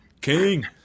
King